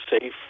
safe